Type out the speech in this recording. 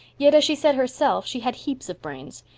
yet, as she said herself, she had heaps of brains.